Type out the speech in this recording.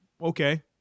Okay